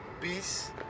Peace